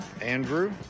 Andrew